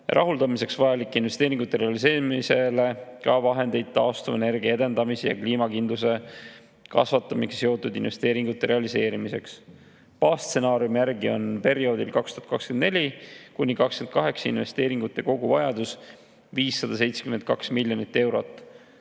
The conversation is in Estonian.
rahuldamiseks vajalike investeeringute realiseerimisele ka taastuvenergia edendamise ja kliimakindluse kasvatamisega seotud investeeringute realiseerimiseks. Baasstsenaariumi järgi on perioodil 2024–2028 investeeringute koguvajadus 572 miljonit eurot.